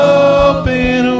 open